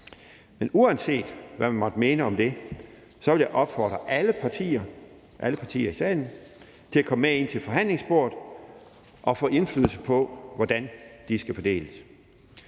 Men uanset hvad man måtte mene om det, vil jeg opfordre alle partier i salen til at komme med ind til forhandlingsbordet og få indflydelse på, hvordan de skal fordeles.